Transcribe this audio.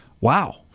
wow